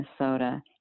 Minnesota